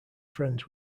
friends